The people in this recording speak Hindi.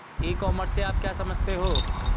ई कॉमर्स से आप क्या समझते हो?